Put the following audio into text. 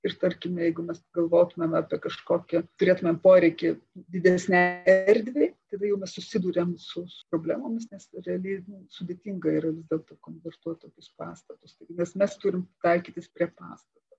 ir tarkim jeigu mes galvotumėm apie kažkokį turėtumėm poreikį didesnei erdvei tada jau mes susiduriam su problemomis nes realiai nu sudėtinga yra vis dėlto konvertuot tokius pastatus taigi mes mes turim taikytis prie pastato